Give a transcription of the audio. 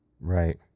Right